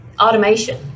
automation